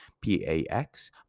p-a-x